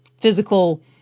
physical